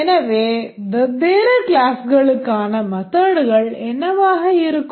எனவே வெவ்வேறு classகளுக்கான methodகள் என்னவாக இருக்கும்